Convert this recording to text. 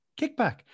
kickback